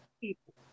people